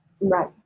right